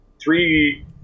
three